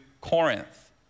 Corinth